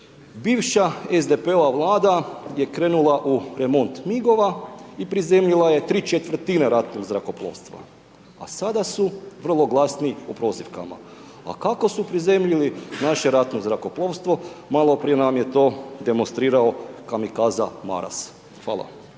bivša SDP-ova vlada je krenula u remont migova i prizemljila je ¾ ratnog zrakoplovstva, a sada su vrlo glasni u prozivkama, a kako su prizemljili naše ratno zrakoplovstvo, maloprije nam je to demonstrirao kamikaza Maras. Hvala.